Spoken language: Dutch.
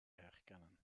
herkennen